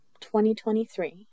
2023